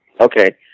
Okay